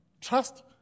trust